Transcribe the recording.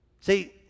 See